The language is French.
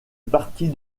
partie